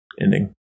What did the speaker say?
ending